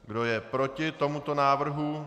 Kdo je proti tomuto návrhu?